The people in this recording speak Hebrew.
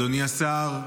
אדוני השר,